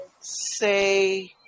say